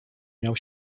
miał